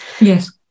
Yes